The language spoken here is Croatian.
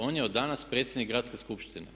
On je od danas predsjednik Gradske skupštine.